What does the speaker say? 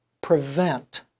prevent